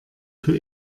für